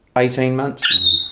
eighteen months.